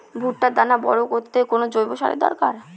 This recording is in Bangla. ভুট্টার দানা বড় করতে কোন জৈব সারের দরকার?